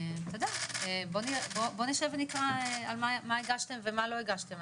בוא נשב ונקרא מה הגשתם ומה לא הגשתם.